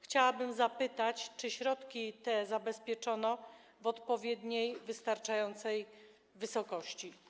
Chciałabym zapytać, czy środki te zabezpieczono w odpowiedniej, wystarczającej wysokości.